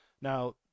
Now